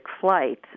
flight